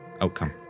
outcome